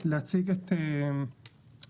להציג את הנושא,